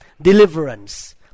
Deliverance